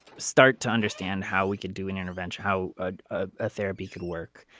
start to understand how we could do an intervention how a ah ah therapy could work.